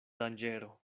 danĝero